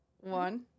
One